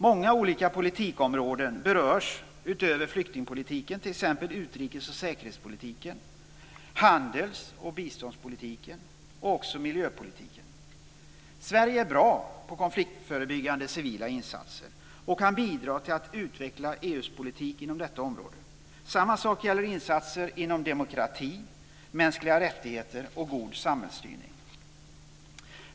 Många olika politikområden berörs utöver flyktingpolitiken, t.ex. utrikes och säkerhetspolitiken, handels och biståndspolitiken och också miljöpolitiken. Sverige är bra på konfliktförebyggande civila insatser och kan bidra till att utveckla EU:s politik inom detta område. Samma sak gäller insatser inom demokrati, mänskliga rättigheter och god samhällsstyrning.